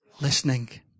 listening